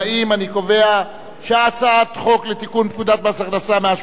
אני קובע שהצעת חוק לתיקון פקודת מס הכנסה (מס' 188)